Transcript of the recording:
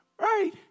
Right